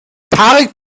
tarek